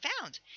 found